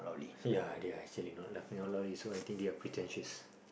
ya they are actually not laughing out loud this is why I think they are pretentious